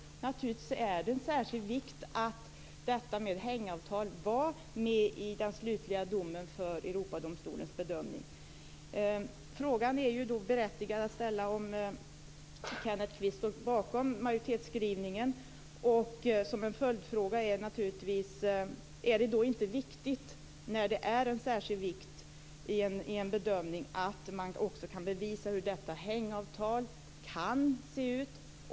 Naturligtvis innebär det här med särskild vikt att detta med hängavtal var med i Europadomstolens slutliga bedömning. Då är det berättigat att ställa frågan om Kenneth Kvist står bakom majoritetsskrivningen. Och som en följdfråga kan man naturligtvis undra: Är det då inte viktigt, när det är av särskild vikt i en bedömning, att man också kan bevisa hur detta hängavtal kan se ut?